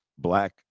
Black